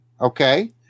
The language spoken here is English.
Okay